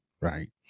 right